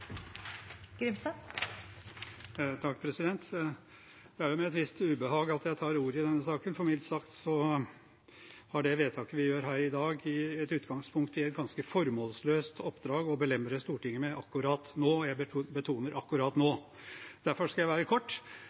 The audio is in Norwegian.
med et visst ubehag jeg tar ordet i denne saken, for mildt sagt har det vedtaket vi gjør her i dag, sitt utgangspunkt i et ganske formålsløst oppdrag å belemre Stortinget med akkurat nå. Jeg betoner «akkurat nå». Derfor skal jeg være kort.